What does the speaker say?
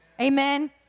Amen